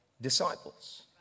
disciples